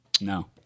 No